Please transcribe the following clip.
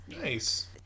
Nice